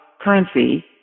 currency